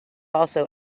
also